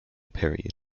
period